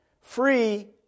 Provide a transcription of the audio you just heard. Free